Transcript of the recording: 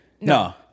No